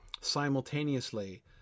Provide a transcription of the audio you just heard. simultaneously